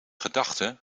gedachten